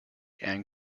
and